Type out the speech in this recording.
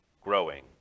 growing